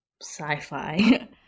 sci-fi